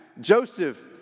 Joseph